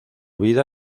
vida